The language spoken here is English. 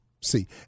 see